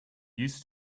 used